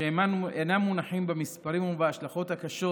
שאינם מונחים במספרים ובהשלכות הקשות,